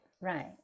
right